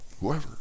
whoever